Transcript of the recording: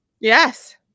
Yes